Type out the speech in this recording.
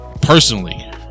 personally